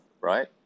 right